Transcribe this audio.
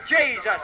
Jesus